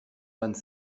vingt